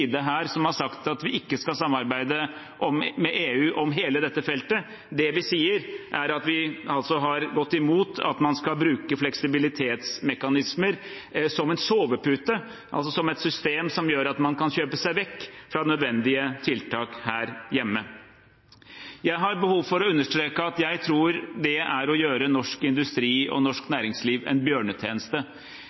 som har sagt at vi ikke skal samarbeide med EU om hele dette feltet. Det vi sier, er at vi har gått imot at man skal bruke fleksibilitetsmekanismer som en sovepute, altså som et system som gjør at man kan kjøpe seg vekk fra nødvendige tiltak her hjemme. Jeg har behov for å understreke at jeg tror det er å gjøre norsk industri og norsk næringsliv en bjørnetjeneste.